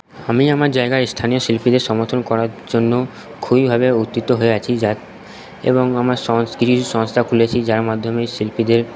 আমি আমার জায়গায় স্থানীয় শিল্পীদের সমর্থন করার জন্য খুবই ভাবে হয়ে আছি এবং আমার সংস্কৃতির সংস্থা খুলেছি যার মাধ্যমে শিল্পীদের